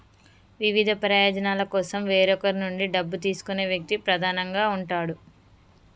వివిధ ప్రయోజనాల కోసం వేరొకరి నుండి డబ్బు తీసుకునే వ్యక్తి ప్రధానంగా ఉంటాడు